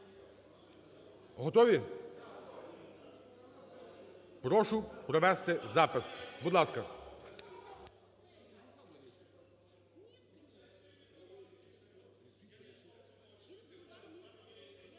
Готові? Прошу провести запис, будь ласка.